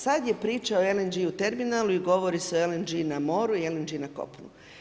Sad je priča o LNG terminalu i govori se o LNG na moru i LNG na kopnu.